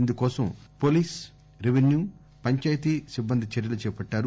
ఇందుకోసం police revenue panchayati సిబ్బందిచర్చలు చేపట్టారు